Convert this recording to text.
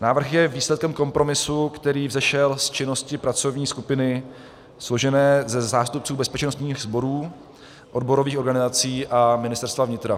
Návrh je výsledkem kompromisu, který vzešel z činnosti pracovní skupiny složené ze zástupců bezpečnostních sborů, odborových organizací a Ministerstva vnitra.